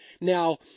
Now